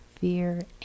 fear